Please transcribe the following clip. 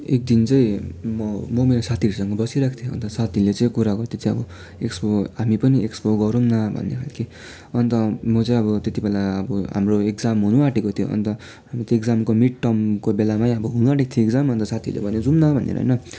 एकदिन चाहिँ म म मेरो साथीहरूसँग बसिरहेको थिएँ अन्त साथीले चाहिँ कुरा गर्दै थियो अब एक्सपो हामी पनि एक्सपो गरौँ न भन्ने खालके अन्त म चाहिँ अब त्यति बेला अब हाम्रो एक्जाम हुनु आँटेको थियो अन्त अनि त्यो एक्जामको मिड टर्मको बेलामै अब हुन आँटेको थियो एक्जाम अन्त साथीले भन्यो गरौँ न भनेर होइन